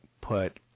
put